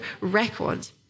records